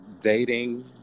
dating